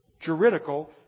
juridical